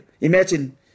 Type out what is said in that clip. Imagine